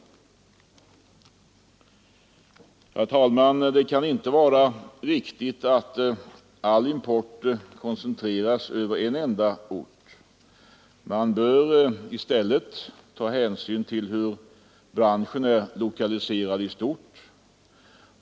Det kan inte vara riktigt att all import koncentreras över en enda ort. Man bör i stället ta hänsyn till hur branschen är lokaliserad i stort.